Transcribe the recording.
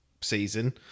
season